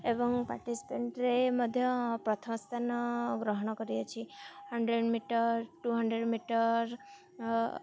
ଏବଂ ପାର୍ଟିସିପେଣ୍ଟ୍ରେ ମଧ୍ୟ ପ୍ରଥମ ସ୍ଥାନ ଗ୍ରହଣ କରିଅଛି hundred metre two hundred metre